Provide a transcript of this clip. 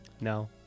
No